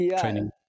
training